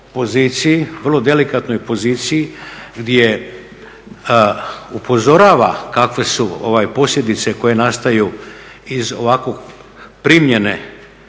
vrlo delikatnoj poziciji gdje upozorava kakve su posljedice koje nastaju iz ovako primljenog